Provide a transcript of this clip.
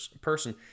person